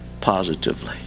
positively